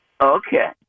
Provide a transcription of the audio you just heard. Okay